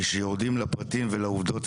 כאשר יורדים לפרטים ולעובדות,